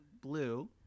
Blue